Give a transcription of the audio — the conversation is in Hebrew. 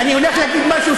אני הולך להגיד משהו,